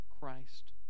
Christ